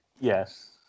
yes